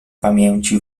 pamięci